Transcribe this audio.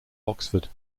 oxford